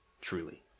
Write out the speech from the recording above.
truly